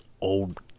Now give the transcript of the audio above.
old